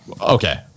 Okay